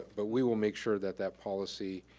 but we will make sure that that policy